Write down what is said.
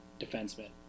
defenseman